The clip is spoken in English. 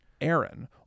Aaron